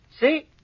See